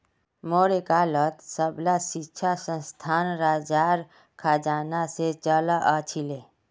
मौर्य कालत सबला शिक्षणसंस्थान राजार खजाना से चलअ छीले